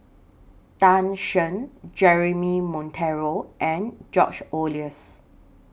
Tan Shen Jeremy Monteiro and George Oehlers